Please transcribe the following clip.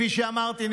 כפי שאמרתי,